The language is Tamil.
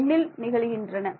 'n'ல் நிகழுகின்றன